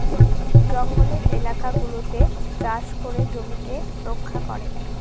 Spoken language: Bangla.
জঙ্গলের এলাকা গুলাতে চাষ করে জমিকে রক্ষা করে